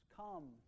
come